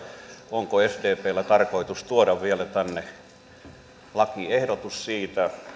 onko sdpllä tarkoitus tuoda tänne vielä lakiehdotus siitä